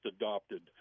adopted